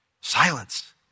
Silence